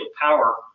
Power